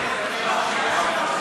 נתקבל.